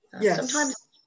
Yes